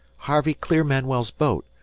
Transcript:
harvey, clear manuel's boat.